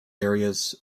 areas